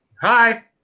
Hi